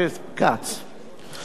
תודה רבה, אדוני.